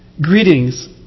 Greetings